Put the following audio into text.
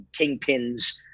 kingpins